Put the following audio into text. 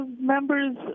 members